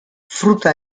fruta